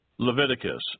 Leviticus